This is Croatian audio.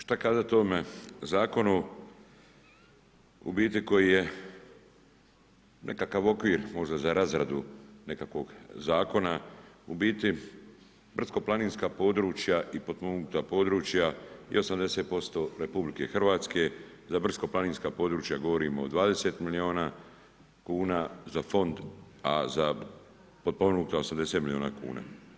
Šta kazati o ovome zakonu u biti koji je nekakav okvir možda za razradu nekakvog zakona, u biti brdsko-planinska područja i potpomognuta područja i 80% RH za brdsko-planinska područja govorimo o 20 milijuna kuna, za fond a za potpomognuta 80 milijuna kuna.